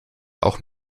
auch